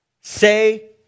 say